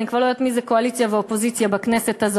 אני כבר לא יודעת מי קואליציה ומי אופוזיציה בכנסת הזאת,